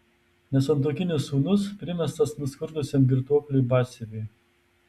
nesantuokinis sūnus primestas nuskurdusiam girtuokliui batsiuviui